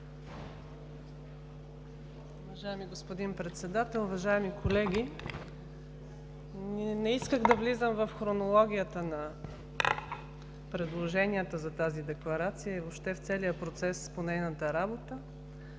Уважаеми господин Председател, уважаеми колеги! Не исках да влизам в хронологията на предложенията за тази декларация и въобще в целия процес по нейната работа,